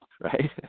right